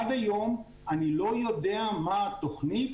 עד היום אני לא יודע מה התוכנית